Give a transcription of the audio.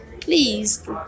please